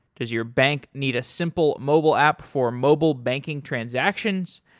does your bank need a simple, mobile app for mobile banking transactions?